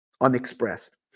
unexpressed